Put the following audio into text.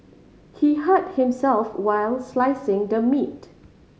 he hurt himself while slicing the meat